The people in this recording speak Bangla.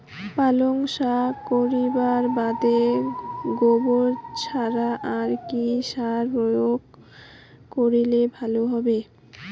পালং শাক করিবার বাদে গোবর ছাড়া আর কি সার প্রয়োগ করিলে ভালো হবে?